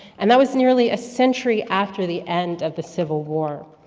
and that was nearly a century after the end of the civil war.